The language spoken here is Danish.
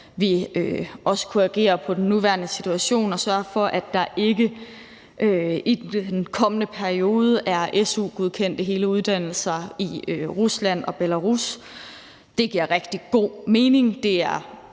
kunne agere på den nuværende situation og sørge for, at der ikke i den kommende periode er su-godkendte hele uddannelser i Rusland og Belarus. Det giver rigtig god mening.